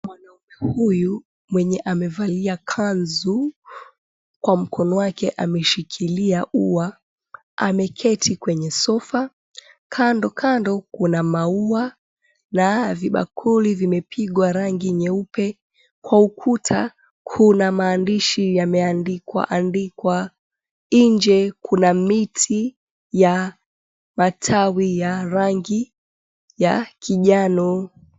Mwanaume huyu mwenye amevalia kanzu, kwa mkono wake amshikilia ua. Ameketi kwenye sofa. Kandokando kuna maua na vibakuli vimepigwa rangi nyeupe. Kwa ukuta kuna maandishi yameandikwaandikwa. Nje kuna miti ya matawi ya rangi ya kijani.